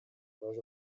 was